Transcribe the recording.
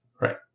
Right